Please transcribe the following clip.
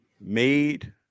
made